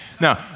now